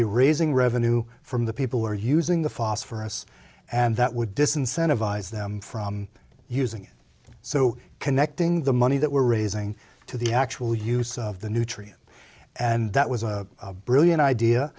be raising revenue from the people who are using the phosphorus and that would disincentive eyes them from using it so connecting the money that we're raising to the actual use of the nutrient and that was a brilliant idea